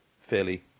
fairly